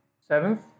seventh